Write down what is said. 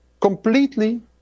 completely